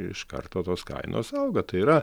iš karto tos kainos auga tai yra